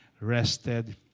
rested